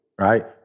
right